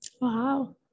Wow